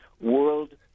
world